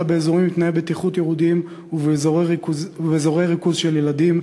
באזורים שבהם תנאי בטיחות ירודים ובאזורי ריכוז של ילדים,